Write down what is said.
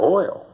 oil